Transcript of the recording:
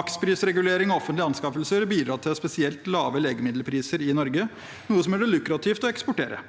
Maksprisregulering og offentlige anskaffelser bidrar til spesielt lave legemiddelpriser i Norge, noe som gjør det lukrativt å eksportere.